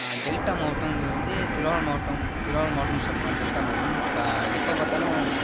delta மாவட்டம் வந்து திருவாரூர் மாவட்டம் திருவாரூர் மாவட்டம்னு சொல்லலாம் டெல்ட்டா மாவட்டம் இப்போ எப்போ பார்த்தாலும்